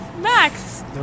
Max